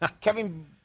Kevin